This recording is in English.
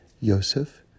Yosef